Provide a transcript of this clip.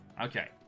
Okay